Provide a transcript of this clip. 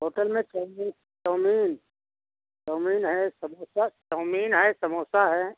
hotel में चओमी chow mein chow mein है समोसा चओमीन है समोसा है